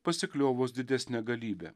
pasikliovus didesne galybe